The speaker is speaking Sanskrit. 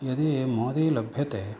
यदि मोदि लभ्यते